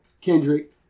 Kendrick